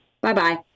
Bye-bye